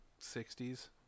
60s